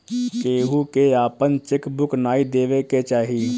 केहू के आपन चेक बुक नाइ देवे के चाही